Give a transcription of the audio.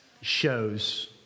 shows